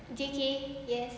J_K yes